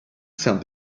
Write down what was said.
send